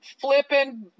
flipping